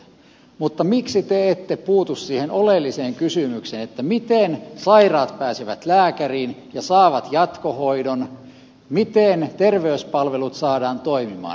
mutta miksi te ette puutu siihen oleelliseen kysymykseen miten sairaat pääsevät lääkäriin ja saavat jatkohoidon miten terveyspalvelut saadaan toimimaan